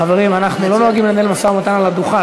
חברים, אנחנו לא נוהגים לנהל משא-ומתן על הדוכן.